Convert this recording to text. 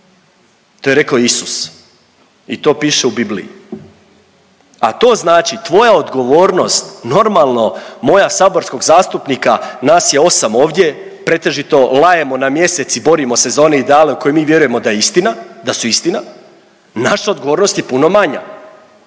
To je rekao Isus i to piše u Bibliji, a to znači tvoja odgovornost normalno moja saborskog zastupnika, nas je 8 ovdje pretežito lajemo na Mjesec i borimo se za one ideale u koje mi vjerujemo da je istina, da su istina, naša odgovornost je puno manja,